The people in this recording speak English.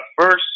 first